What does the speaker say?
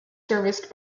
serviced